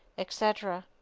etc.